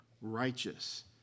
righteous